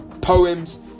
poems